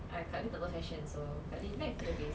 I tak tahu fashion so back to the basic